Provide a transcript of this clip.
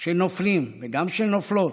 של נופלים, וגם של נופלות,